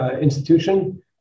institution